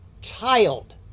child